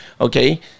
Okay